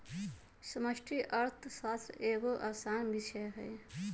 समष्टि अर्थशास्त्र एगो असान विषय हइ